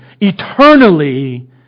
eternally